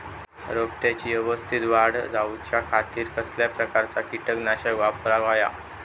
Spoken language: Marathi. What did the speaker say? रोपट्याची यवस्तित वाढ जाऊच्या खातीर कसल्या प्रकारचा किटकनाशक वापराक होया?